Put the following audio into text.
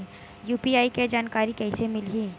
UPI के जानकारी कइसे मिलही?